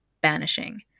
banishing